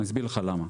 אני אסביר לך למה.